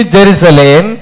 Jerusalem